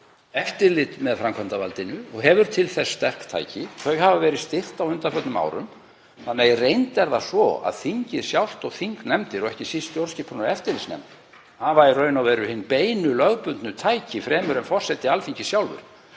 eftirlit með framkvæmdarvaldinu og hefur til þess sterk tæki. Þau hafa verið styrkt á undanförnum árum þannig að í reynd er það svo að þingið sjálft og þingnefndir, og ekki síst stjórnskipunar- og eftirlitsnefnd, hafa í raun og veru hin beinu lögbundnu tæki fremur en forseti Alþingis sjálfur.